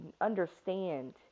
understand